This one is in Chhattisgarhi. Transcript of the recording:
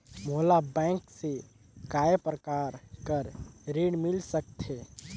मोला बैंक से काय प्रकार कर ऋण मिल सकथे?